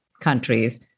countries